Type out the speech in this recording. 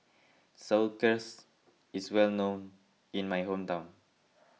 Sauerkraut is well known in my hometown